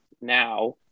now